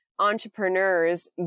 entrepreneurs